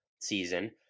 season